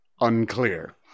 unclear